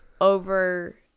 over